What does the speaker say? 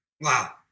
wow